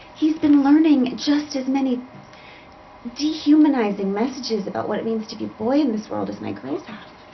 he's been learning just as many dehumanizing messages about what it means to be a boy in this world as my girls have.